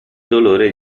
dolore